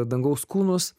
dangaus kūnus